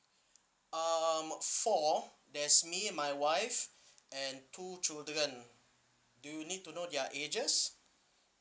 um four there's me my wife and two children do you need to know their ages